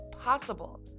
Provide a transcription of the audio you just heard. possible